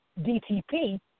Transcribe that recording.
DTP